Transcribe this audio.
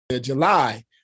July